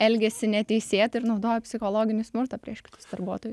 elgėsi neteisėtai ir naudojo psichologinį smurtą prieš kitus darbuotojus